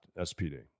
SPD